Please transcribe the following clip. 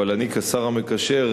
אבל אני כשר המקשר,